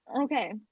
Okay